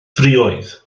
friwydd